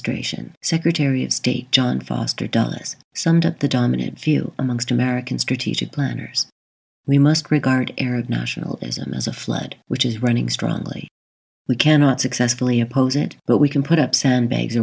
state john foster dulles the dominant feel amongst american strategic planners we must regard arab nationalism as a flag which is running strongly we cannot successfully oppose it but we can put up sandbags